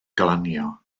glanio